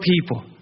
people